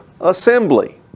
assembly